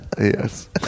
Yes